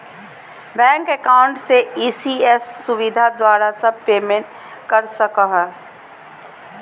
bank account से ECS सुविधा द्वारा सब पेमेंट कर सको हइ